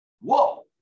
Whoa